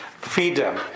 freedom